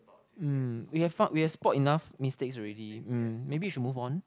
mm we have found we have spot enough mistakes already mm maybe we should move on